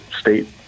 state